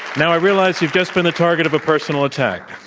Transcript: now, i realize you've just been the target of a personal attack.